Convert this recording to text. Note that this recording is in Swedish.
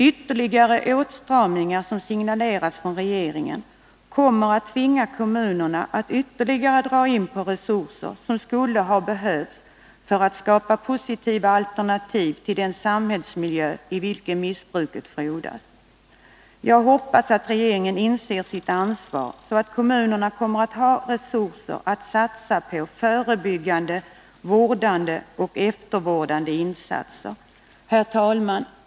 Ytterligare åtstramningar, som signalerats av regeringen, kommer att tvinga kommunerna att ytterligare dra in på resurser som skulle ha behövts för att skapa positiva alternativ till den samhällsmiljö i vilken missbruket frodas. Jag hoppas att regeringen inser sitt ansvar, så att kommunerna får resurser för förebyggande, vårdande och eftervårdande insatser. Herr talman!